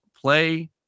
play